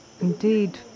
Indeed